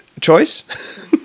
choice